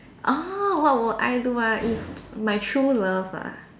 orh what would I do [ah]if my true love ah